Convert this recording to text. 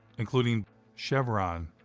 including chevron,